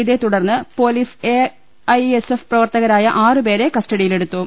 ഇതേ തുടർന്ന് police A I S F പ്രവർത്തകരായ ഒ പേരെ കസ്റ്റഡിയിലെടുത്തു